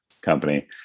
Company